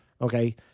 Okay